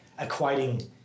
equating